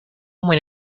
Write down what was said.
many